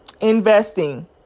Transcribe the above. investing